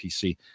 PC